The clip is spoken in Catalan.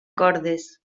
cordes